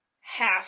half